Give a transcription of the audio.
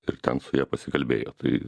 ir ten su ja pasikalbėjo tai